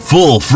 Full